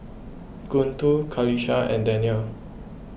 Guntur Qalisha and Daniel